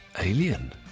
alien